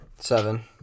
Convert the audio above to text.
seven